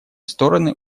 стороны